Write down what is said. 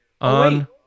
on